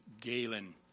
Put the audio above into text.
Galen